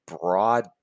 broad